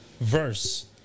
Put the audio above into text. verse